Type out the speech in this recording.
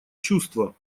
чувство